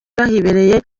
bahibereye